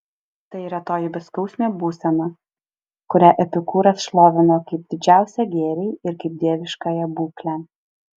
tai yra toji beskausmė būsena kurią epikūras šlovino kaip didžiausią gėrį ir kaip dieviškąją būklę